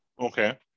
Okay